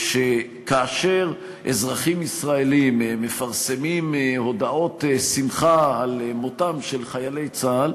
שכאשר אזרחים ישראלים מפרסמים הודעות שמחה על מותם של חיילי צה"ל,